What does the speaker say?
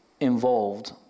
involved